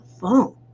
phone